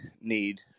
need